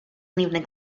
probably